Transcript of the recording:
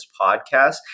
podcast